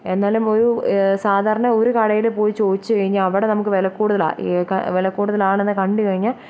എന്നാലും ഒരു സാധാരണ ഒരു കടയിൽ പോയി ചോദിച്ച് കഴിഞ്ഞാ അവിടെ നമുക്ക് വില കൂടുതലാണ് വില കൂടുതലാണെന്ന് കണ്ടു കഴിഞ്ഞാൽ